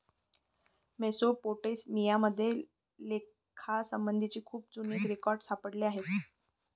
Mesopotamia मध्ये लेखासंबंधीचे खूप जुने रेकॉर्ड सापडले आहेत